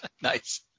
Nice